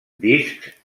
discs